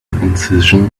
incision